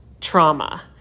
trauma